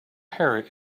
parrot